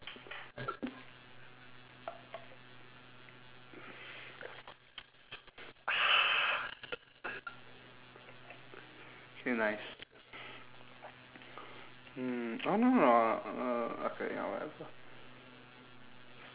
okay nice hmm no no no ah uh okay yeah whatever